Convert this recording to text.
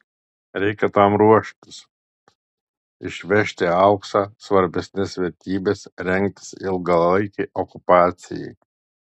reikia tam ruoštis išvežti auksą svarbesnes vertybes rengtis ilgalaikei okupacijai